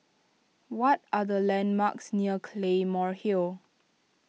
what are the landmarks near Claymore Hill